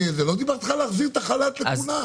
לא דיברתי איתך על להחזיר את החל"ת לכולם.